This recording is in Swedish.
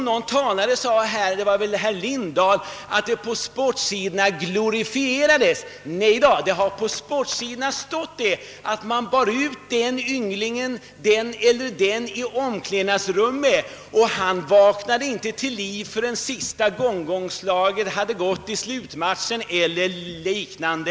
Någon talare, jag tror att det var herr Lindahl, sade att detta glorifierades på tidningarnas sportsidor. Nej, det har ofta på sportsidorna stått att »man bar ut den eller den i omklädningsrummet och han vaknade inte till liv förrän sista gonggongslaget hade gått i slutmatchen» eller något liknande.